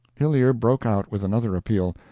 hillyer broke out with another appeal.